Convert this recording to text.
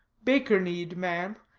baker-kneed man,